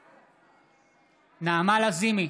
בעד נעמה לזימי,